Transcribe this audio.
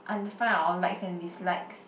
under~ find our likes and dislikes